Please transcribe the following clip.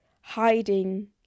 hiding